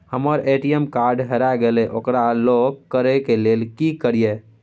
हमर ATM card हेरा गेल ओकरा लॉक करै के लेल की करियै?